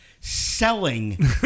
selling